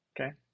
Okay